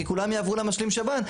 כי כולם יעברו למשלים שב"ן.